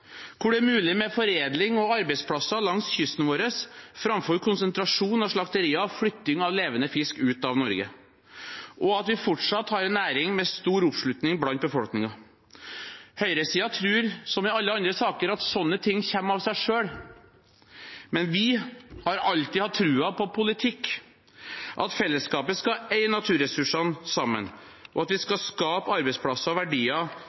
hvor det er mulig med foredling og arbeidsplasser langs kysten vår framfor konsentrasjon av slakterier og flytting av levende fisk ut av Norge, og at vi fortsatt har en næring med stor oppslutning blant befolkningen. Høyresiden tror – som i alle andre saker – at slike ting kommer av seg selv. Men vi har alltid hatt troen på politikk, at fellesskapet skal eie naturressursene sammen, og at vi skal skape arbeidsplasser og verdier